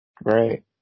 Right